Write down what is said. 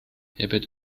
herbert